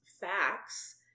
facts